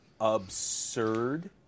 absurd